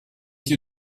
you